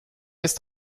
ist